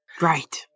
Right